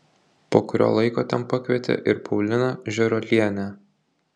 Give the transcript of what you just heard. po kurio laiko ten pakvietė ir pauliną žėruolienę